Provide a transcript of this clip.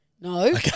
no